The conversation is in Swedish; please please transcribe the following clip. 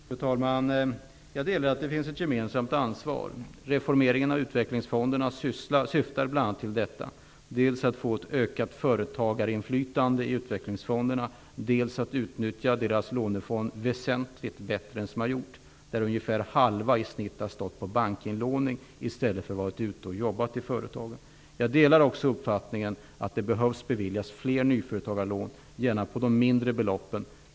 Fru talman! Jag delar uppfattningen att det finns ett gemensamt ansvar. Reformeringen av utvecklingsfondernas syssla syftar bl.a. till detta, dels att få ett ökat företagarinflytande i utvecklingsfonderna, dels att utnyttja deras lånefond väsentligt bättre än vad som har skett. Ungefär halva lånefonden har stått på bankinlåning i stället för att vara ute och jobba i företagen. Jag delar också uppfattningen att det behöver beviljas fler nyföretagarlån, gärna med mindre belopp.